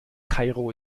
kairo